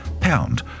pound